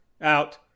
out